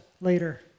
later